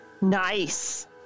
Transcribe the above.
Nice